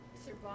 survive